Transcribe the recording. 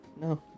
No